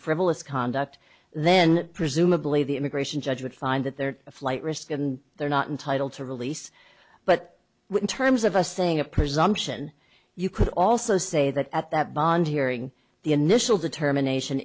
frivolous conduct then presumably the immigration judge would find that there a flight risk and they're not entitled to release but when terms of a saying a presumption you could also say that at that bond hearing the initial determination